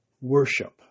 worship